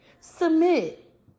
Submit